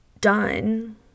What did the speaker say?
done